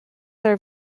are